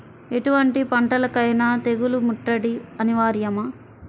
ఎటువంటి పంటలకైన తెగులు ముట్టడి అనివార్యమా?